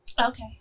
Okay